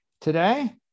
Today